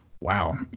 Wow